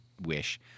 wish